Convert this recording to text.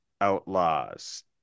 Outlaws